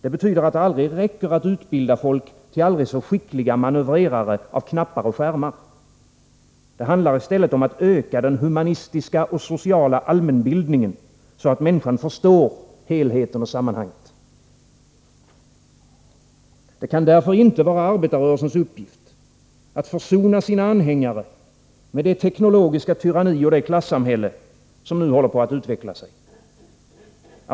Det betyder, att det aldrig räcker att utbilda folk till aldrig så skickliga manövrerare av knappar och skärmar. Det handlar i stället om att öka den humanistiska och sociala allmänbildningen, så att människan förstår helheten och sammanhanget. Det kan därför inte vara arbetarrörelsens uppgift, att försona sina anhängare med det teknologiska tyranni och det klassamhälle som nu håller på att utveckla sig.